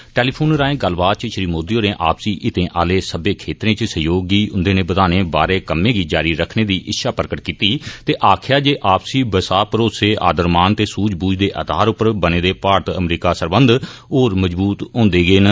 टैलीफून राएं गल्लबात इच श्री मोदी होरें आपसी हितें आहले सब्बै खेत्तरे इच सहयोग गी उंदे नै बदाने बारै कम्मै गी जारी रक्खने दी इच्छा प्रगट कीती ते आक्खेया जे आपसी बसाह भरोसे आदर मान ते सुझ बूझ दे आधार पर बने दे भारत अमरीका सरबंध होर मजबूत होंदे गे न